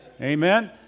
Amen